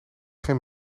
geen